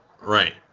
right